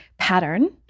pattern